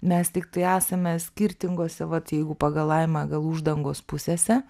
mes tiktai esame skirtingose vat jeigu pagal laimą gal uždangos pusėse